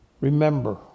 Remember